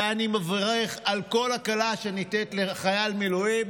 ואני מברך על כל הקלה שניתנת לחייל מילואים